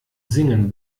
singen